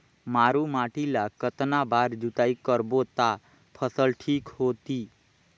मारू माटी ला कतना बार जुताई करबो ता फसल ठीक होती?